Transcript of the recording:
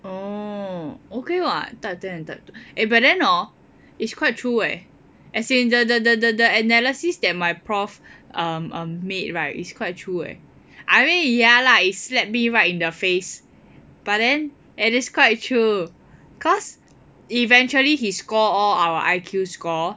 oh okay [what] type ten and type two eh but then hor is quite true eh as in the the the the the analysis that my prof um made right is quite true leh I mean ya lah it slapped me right in the face but then it is quite true cause eventually he score all our I_Q score